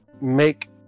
make